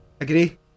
Agree